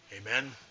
Amen